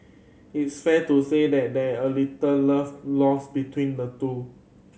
it's fair to say that there're little love lost between the two